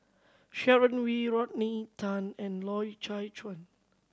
Sharon Wee Rodney Tan and Loy Chye Chuan